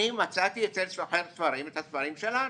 אני מצאתי אצל סוחר ספרים את הספרים שלנו.